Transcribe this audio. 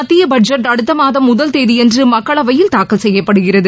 மத்திய பட்ஜெட் அடுத்த மாதம் முதல் தேதியன்று மக்களவையில் தாக்கல் செய்யப்படுகிறது